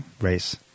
race